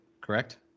correct